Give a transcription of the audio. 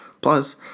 Plus